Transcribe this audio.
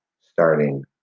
starting